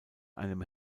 einem